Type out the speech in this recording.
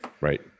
Right